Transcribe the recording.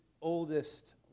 oldest